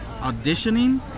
Auditioning